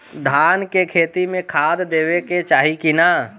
धान के खेती मे खाद देवे के चाही कि ना?